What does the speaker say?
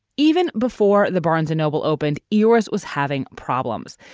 even before the barnes and noble opened, yours was having problems.